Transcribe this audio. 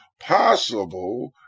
possible